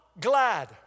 glad